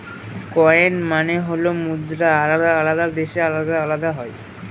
coin মানে হল মুদ্রা আলাদা আলাদা দেশে আলাদা আলাদা হয়